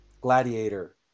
Gladiator